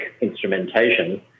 instrumentation